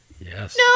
Yes